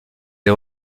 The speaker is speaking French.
les